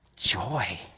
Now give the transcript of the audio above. joy